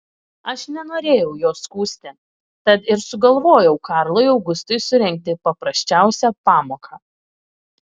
aš nenorėjau jo skųsti tad ir sugalvojau karlui augustui surengti paprasčiausią pamoką